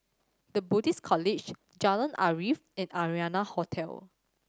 The Buddhist College Jalan Arif and Arianna Hotel